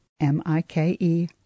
M-I-K-E